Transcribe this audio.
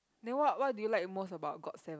then what what do you like the most about got-se~